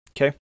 Okay